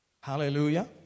Hallelujah